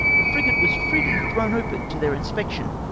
the frigate was freely thrown open to their in spection.